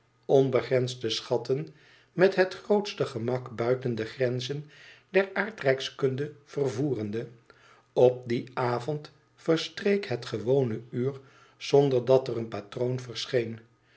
onbegrensde schatten met het grootste gemak buiten de grenzen der aardrijkskunde vervoerende op dien avond verstreek het gewone uur zonder dat er een patroon verscheen